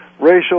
racial